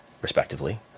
respectively